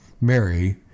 Mary